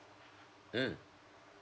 mm